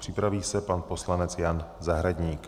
Připraví se pan poslanec Jan Zahradník.